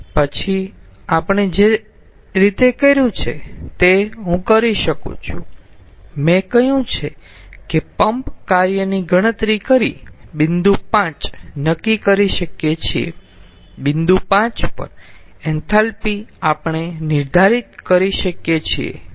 પછી આપણે જે રીતે કર્યું છે તે હું કરી શકું છું મેં કહ્યું છે કે પંપ કાર્યની ગણતરી કરી બિંદુ 5 નક્કી કરી શકીએ છીએ બિંદુ 5 પર એન્થાલ્પી આપણે નિર્ધારિત કરી શકીએ છીએ